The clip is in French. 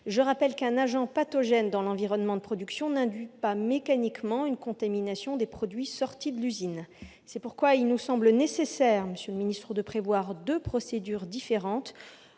Je rappelle qu'un agent pathogène dans l'environnement de production n'induit pas mécaniquement une contamination des produits sortis de l'usine. C'est pourquoi il nous semble nécessaire, monsieur le ministre, de prévoir deux procédures différentes,